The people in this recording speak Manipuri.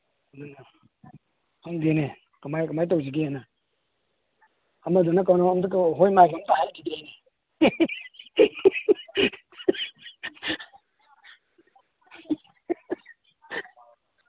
ꯑꯗꯨꯅ ꯈꯪꯗꯦꯅꯦ ꯀꯃꯥꯏꯅ ꯀꯃꯥꯏꯅ ꯇꯧꯁꯤꯒꯦꯅ ꯑꯃꯗꯨꯅ ꯀꯩꯅꯣ ꯍꯣꯏ ꯃꯥꯏꯒ ꯑꯝꯇ ꯍꯥꯏꯔꯛꯈꯤꯗ꯭ꯔꯦꯅꯦ